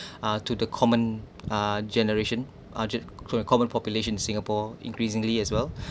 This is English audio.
ah to the common uh generation uh common population in singapore increasingly as well